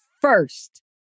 first